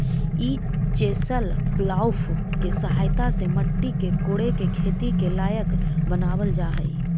ई chisel plough के सहायता से मट्टी के कोड़के खेती के लायक बनावल जा हई